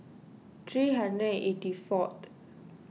three and eighty fourth